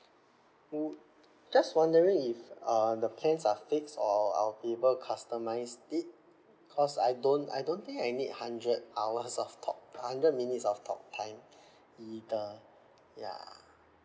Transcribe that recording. um just wondering if uh the plans are fixed or I'll be able to customise it cause I don't I don't think I need hundred hours of talk time hundred minutes of talk time either ya